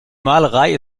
malerei